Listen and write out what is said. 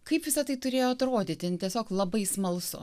kaip visa tai turėjo atrodyti ten tiesiog labai smalsu